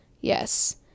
Yes